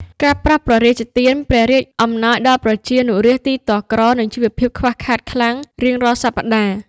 ការប្រោសព្រះរាជទាន ព្រះរាជអំណោយដល់ប្រជានុរាស្ត្រទីទ័លក្រ និងជីវភាពខ្វះខាតខ្លាំង រៀងរាល់សប្តាហ៍។